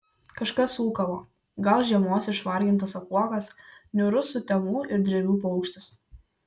kažkas ūkavo gal žiemos išvargintas apuokas niūrus sutemų ir drevių paukštis